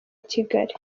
kigali